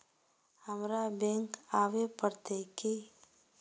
हमरा बैंक आवे पड़ते की?